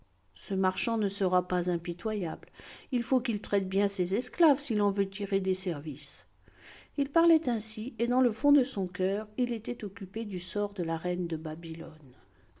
ce marchand ne sera pas impitoyable il faut qu'il traite bien ses esclaves s'il en veut tirer des services il parlait ainsi et dans le fond de son coeur il était occupé du sort de la reine de babylone